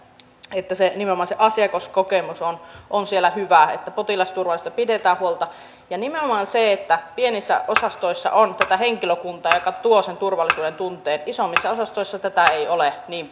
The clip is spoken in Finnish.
että nimenomaan se asiakaskokemus on on siellä hyvä että potilasturvallisuudesta pidetään huolta nimenomaan pienissä osastoissa on tätä henkilökuntaa joka tuo sen turvallisuuden tunteen isommissa osastoissa tätä ei ole niin